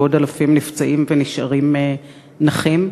ועוד אלפים נפצעים ונשארים נכים.